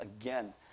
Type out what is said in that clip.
again